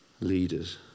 leaders